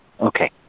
Okay